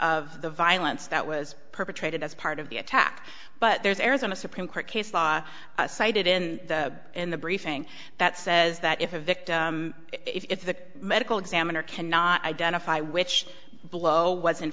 of the violence that was perpetrated as part of the attack but there's arizona supreme court case law cited in the in the briefing that says that if a victim if the medical examiner cannot identify which blow was in